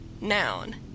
Noun